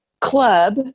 club